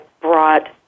brought